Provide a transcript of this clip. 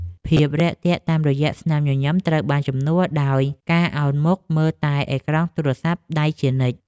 ភាពរាក់ទាក់តាមរយៈស្នាមញញឹមត្រូវបានជំនួសដោយការអោនមុខមើលតែអេក្រង់ទូរស័ព្ទដៃជានិច្ច។